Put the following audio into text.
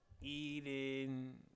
eating